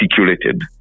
articulated